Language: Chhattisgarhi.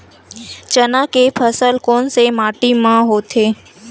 चना के फसल कोन से माटी मा होथे?